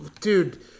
dude